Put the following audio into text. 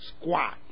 squat